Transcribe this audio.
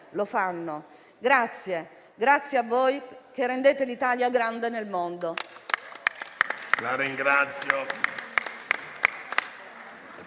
lo fanno. Grazie a voi, che rendete l'Italia grande nel mondo.